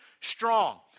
strong